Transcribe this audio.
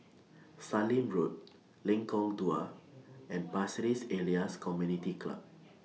Sallim Road Lengkong Dua and Pasir Ris Elias Community Club